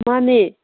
ꯃꯥꯅꯦ